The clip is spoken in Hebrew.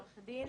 עורכת דין,